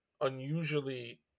unusually